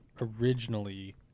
originally